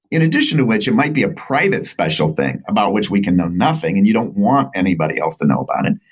in addition to which, it might be a private special thing about which we can know nothing and you don't want anybody else to know about it.